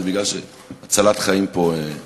זה מפני שהצלת חיים היא פה במוקד.